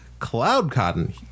Cloudcotton